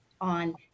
on